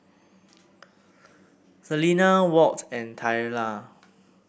Selena Walt and Twyla